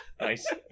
Nice